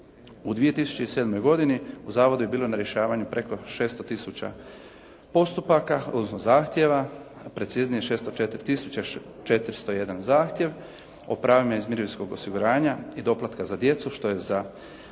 u 2007. godini u zavodu je bilo na rješavanju preko 600 tisuća postupaka odnosno zahtjeva, preciznije 604 tisuće 401 zahtjev o pravima iz mirovinskog osiguranja i doplatka za djecu što je za